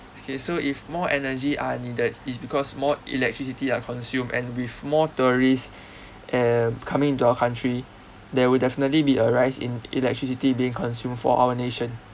okay so if more energy are needed is because more electricity are consume and with more tourists eh coming into our country there will definitely be a rise in electricity being consumed for our nation